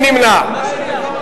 מי נמנע?